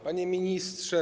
Panie Ministrze!